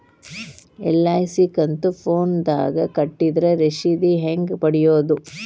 LIC ಕಂತು ಫೋನದಾಗ ಕಟ್ಟಿದ್ರ ರಶೇದಿ ಹೆಂಗ್ ಪಡೆಯೋದು?